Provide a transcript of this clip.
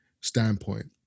standpoint